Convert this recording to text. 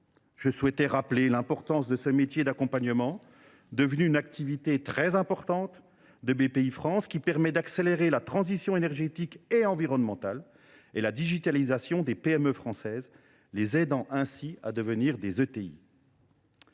Je souhaitais rappeler l’importance de ce métier d’accompagnement, devenu une activité très importante de Bpifrance, qui permet d’accélérer la transition énergétique et environnementale et la digitalisation des petites et moyennes entreprises